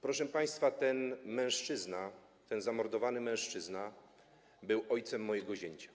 Proszę państwa, ten mężczyzna, ten zamordowany mężczyzna był ojcem mojego zięcia.